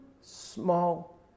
small